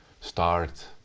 start